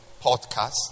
podcast